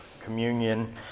communion